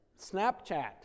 Snapchat